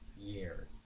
years